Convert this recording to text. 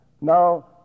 Now